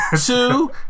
two